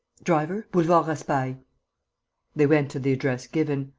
driver, boulevard raspail! they went to the address given.